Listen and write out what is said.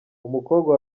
umukobwa